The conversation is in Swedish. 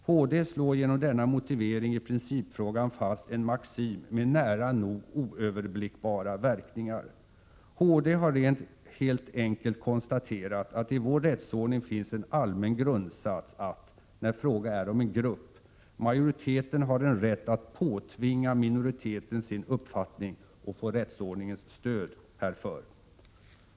HD slår genom denna motivering i principfrågan fast en maxim med nära nog oöverblickbara verkningar. HD har helt enkelt konstaterat att det i vår rättsordning finns en allmän grundsats att, när fråga är om en grupp, majoriteten har en rätt att påtvinga minoriteten sin uppfattning och få rättsordningens stöd härför.